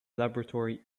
laboratory